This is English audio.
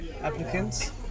Applicants